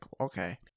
Okay